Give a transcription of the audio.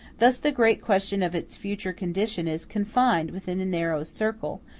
thus the great question of its future condition is confined within a narrow circle,